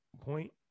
point